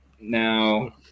Now